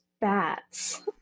bats